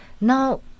Now